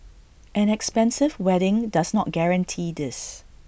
an expensive wedding does not guarantee this